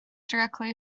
directly